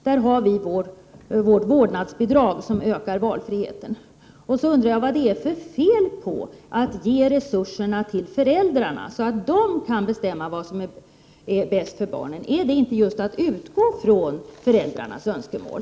Där ökar vårt vårdnadsbidrag valfriheten. Vad är det för fel på att ge resurserna till föräldrarna, så att de kan bestämma vad som är bäst för barnen, är det inte att utgå från föräldrarnas önskemål?